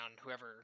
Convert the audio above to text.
whoever